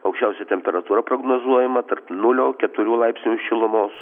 aukščiausia temperatūra prognozuojama tarp nulio keturių laipsnių šilumos